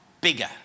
bigger